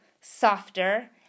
softer